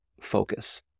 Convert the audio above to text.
focus